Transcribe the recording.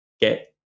get